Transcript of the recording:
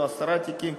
לא עשרה תיקים,